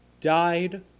died